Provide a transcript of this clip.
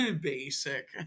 basic